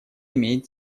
имеет